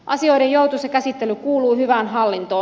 asioiden joutuisa käsittely kuuluu hyvään hallintoon